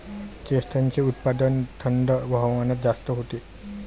चेस्टनटचे उत्पादन थंड हवामानात जास्त होते